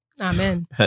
Amen